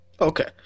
Okay